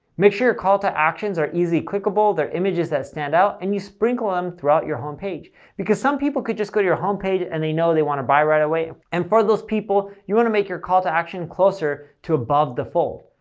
make sure your call to actions are easily clickable, they're images that stand out, and you sprinkle them um throughout your home page because some people could just go to your home page and they know they want to buy right away, and for those people, you want to make your call to action closer to above the fold.